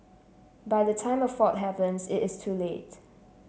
by the time a fault happens it is too late